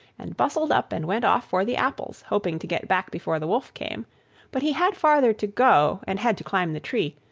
and bustled up, and went off for the apples, hoping to get back before the wolf came but he had farther to go, and had to climb the tree,